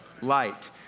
Light